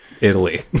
italy